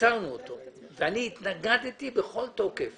יצרנו אותו ואני התנגדתי בכל תוקף